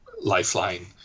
lifeline